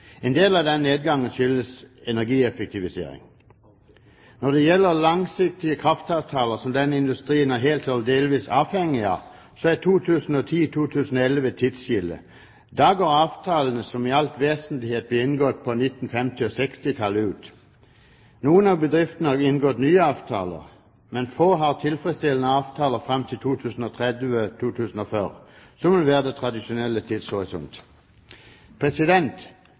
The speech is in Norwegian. En del av denne nedgangen skyldes energieffektivisering. Når det gjelder langsiktige kraftavtaler, som denne industrien er helt eller delvis avhengig av, er 2010–2011 et tidsskille. Da går avtalene, som i all vesentlighet ble inngått på 1950- og 1960-tallet, ut. Noen av bedriftene har inngått nye avtaler, men få har tilfredsstillende avtaler fram til 2030–2040, som vil være den tradisjonelle tidshorisont.